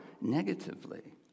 negatively